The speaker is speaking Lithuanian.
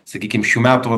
sakykim šių metų vat